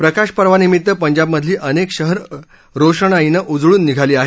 प्रकाश पर्वानिमित्त पंजाबमधली अनेक शहरं रोषणाईनं उजळून निघाली आहेत